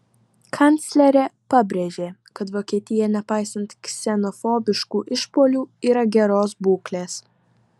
kanclerė pabrėžė kad vokietija nepaisant ksenofobiškų išpuolių yra geros būklės